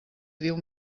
diu